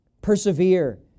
Persevere